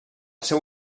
seu